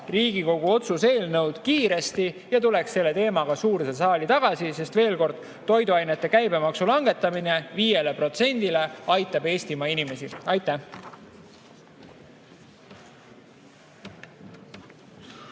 Riigikogu otsuse eelnõu kiiresti ja tuleks selle teemaga suurde saali tagasi. Veel kord: toiduainete käibemaksu langetamine 5%-le aitab Eestimaa inimesi. Aitäh!